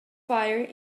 fire